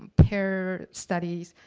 pair studies